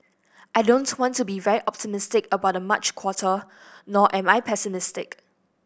I don't want to be very optimistic about the March quarter nor am I pessimistic